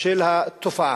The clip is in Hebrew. של התופעה,